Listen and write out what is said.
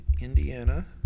Indiana